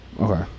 Okay